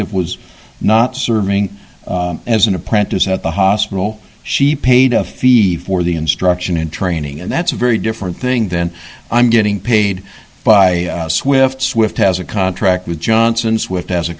it was not serving as an apprentice at the hospital she paid a fee for the instruction in training and that's a very different thing than i'm getting paid by swift swift as a contract with johnson swift as a